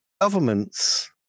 governments